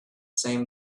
same